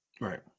Right